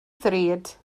ddrud